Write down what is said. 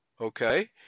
okay